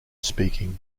speaking